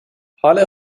حال